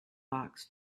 box